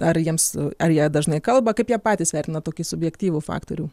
ar jiems ar jie dažnai kalba kaip jie patys vertina tokį subjektyvų faktorių